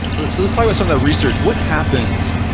let's let's talk about some of that research. what happens,